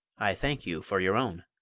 i thank you for your own.